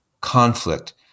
conflict